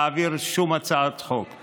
להעביר שום הצעת חוק,